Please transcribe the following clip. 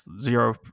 zero